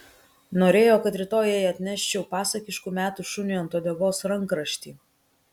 norėjo kad rytoj jai atneščiau pasakiškų metų šuniui ant uodegos rankraštį